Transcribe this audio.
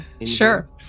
Sure